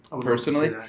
personally